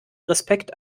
respekt